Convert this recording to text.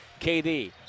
KD